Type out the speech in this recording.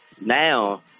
now